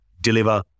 deliver